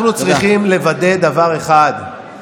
אני אומר כך: אנחנו צריכים לוודא דבר אחד,